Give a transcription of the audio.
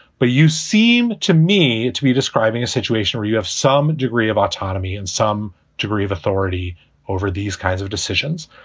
but you seem to me to be describing a situation where you have some degree of autonomy and some degree of authority over these kinds of decisions.